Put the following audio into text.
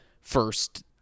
first